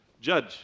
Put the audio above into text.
Judge